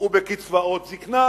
ובקצבאות זיקנה